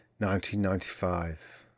1995